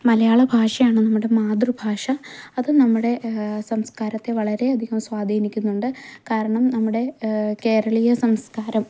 മലയാള ഭാഷയാണ് നമ്മുടെ മാതൃഭാഷ അത് നമ്മുടെ സംസ്കാരത്തെ വളരെയധികം സ്വാധീനിക്കുന്നുണ്ട് കാരണം നമ്മുടെ കേരളീയ സംസ്കാരം